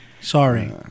Sorry